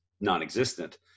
non-existent